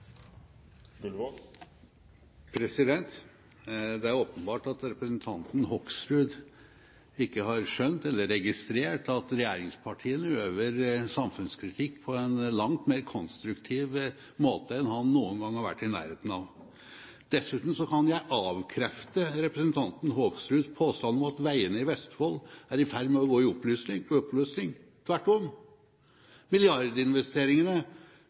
åpenbart at representanten Hoksrud ikke har skjønt eller registrert at regjeringspartiene øver samfunnskritikk på en langt mer konstruktiv måte enn han noen gang har vært i nærheten av. Dessuten kan jeg avkrefte representanten Hoksruds påstand om at veiene i Vestfold er i ferd med å gå i oppløsning. Det er tvert om! Milliardinvesteringene